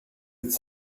êtes